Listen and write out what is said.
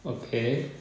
okay